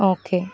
okay